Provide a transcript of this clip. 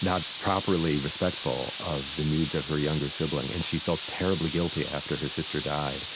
not properly respectful of the needs of her younger sibling. and she felt terribly guilty after her sister died.